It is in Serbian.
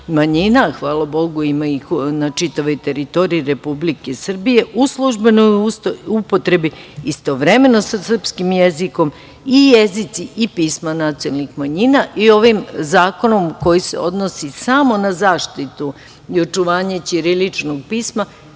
hvala Bogu ima ih na čitavoj teritoriji Republike Srbije, u upotrebi istovremeno sa srpskim jezikom i jezici i pisma nacionalnih manjina. Ovim zakonom koji se odnosi samo na zaštitu i očuvanje ćiriličnog pisma